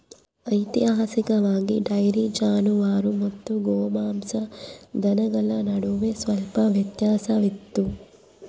ಐತಿಹಾಸಿಕವಾಗಿ, ಡೈರಿ ಜಾನುವಾರು ಮತ್ತು ಗೋಮಾಂಸ ದನಗಳ ನಡುವೆ ಸ್ವಲ್ಪ ವ್ಯತ್ಯಾಸವಿತ್ತು